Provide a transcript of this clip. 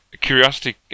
Curiosity